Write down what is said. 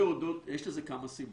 יש לזה כמה סיבות.